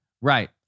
right